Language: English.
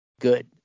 good